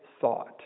thought